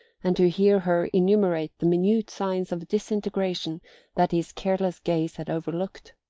and to hear her enumerate the minute signs of disintegration that his careless gaze had overlooked.